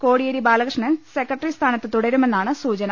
കോടിയേരി ബാലകൃഷ്ണൻ സെക്രട്ടറിസ്ഥാനത്ത് തുട രുമെന്നാണ് സൂചന